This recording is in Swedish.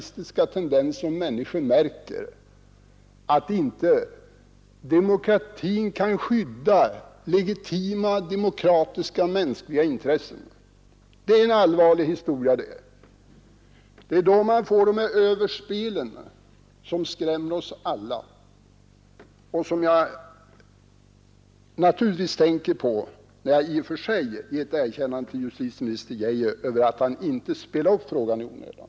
Skulle människorna märka att inte demokratin kan skydda legitima demokratiska mänskliga intressen, finns det risk för fascistiska tendenser. Det är en allvarlig historia. Det är då man får de överspel, som skrämmer oss alla och som jag naturligtvis tänker på när jag ger ett erkännande till justitieminister Geijer för att han inte spelar upp frågan i onödan.